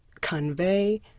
convey